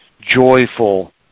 joyful